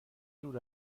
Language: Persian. دور